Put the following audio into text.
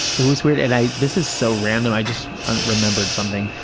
it was weird, and i, this is so random, i just remembered something.